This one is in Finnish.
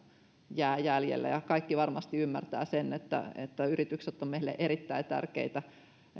jää jäljelle kaikki varmasti ymmärtävät sen että että yritykset ovat meille erittäin tärkeitä